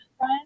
Right